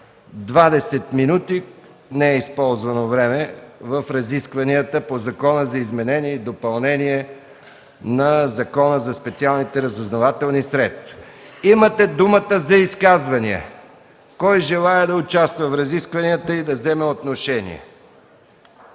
20 минути, неизползвано време в разискванията по Закона за изменение и допълнение на Закона за специалните разузнавателни средства. Имате думата за изказвания. Кой желае да участва в разискванията и да вземе отношение?